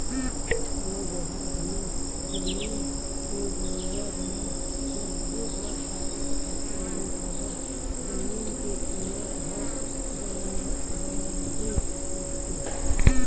कोनो जघा भी जमीन के लेवब म मनखे ह घाटा खाके नइ जावय जमीन के कीमत ह बड़बे करथे